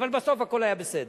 אבל בסוף הכול היה בסדר.